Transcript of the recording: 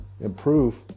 improve